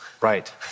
right